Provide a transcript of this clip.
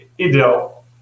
ideal